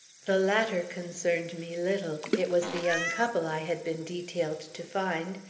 the latter concerned me little it was the young couple i had been detailed to find.